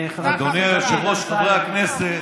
אדוני היושב-ראש, חברי הכנסת,